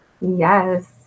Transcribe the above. Yes